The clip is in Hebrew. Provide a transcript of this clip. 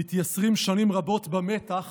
מתייסרים שנים רבות במתח